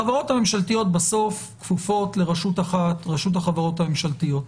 חברות הממשלתיות בסוף כפופות לרשות אחת רשות החברות הממשלתיות.